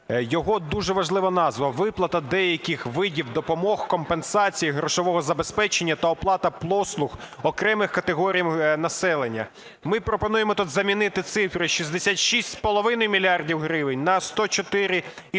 його дуже важлива назва: "Виплата деяких допомог, компенсацій, грошового забезпечення та оплата послуг окремим категоріям населення". Ми пропонуємо тут замінити цифри 66,5 мільярда гривень на 14,3 мільярда